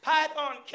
Python